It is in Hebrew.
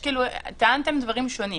טענתם דברים שונים.